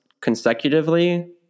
consecutively